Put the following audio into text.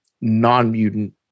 non-mutant